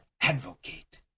advocate